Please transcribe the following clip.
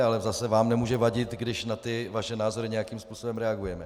Ale zase vám nemůže vadit, když na vaše názory nějakým způsobem reagujeme.